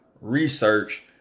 research